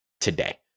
today